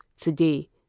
today